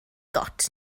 gôt